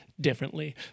differently